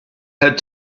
had